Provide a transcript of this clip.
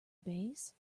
base